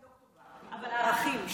אבל ערכים,